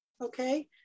okay